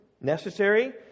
necessary